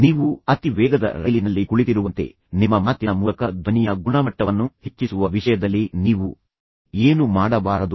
ನೀವು ಅತಿ ವೇಗದ ರೈಲಿನಲ್ಲಿ ಕುಳಿತಿರುವಂತೆ ನಿಮ್ಮ ಮಾತಿನ ಮೂಲಕ ಧ್ವನಿಯ ಗುಣಮಟ್ಟವನ್ನು ಹೆಚ್ಚಿಸುವ ವಿಷಯದಲ್ಲಿ ನೀವು ಏನು ಮಾಡಬಾರದು